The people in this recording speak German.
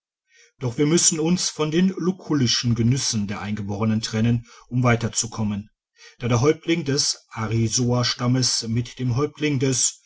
doch wir müssen uns von den lukullischen genüssen der eingeborenen trennen um weiterzukommen da der häuptling des arisoastammes mit dem häuptling des